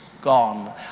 gone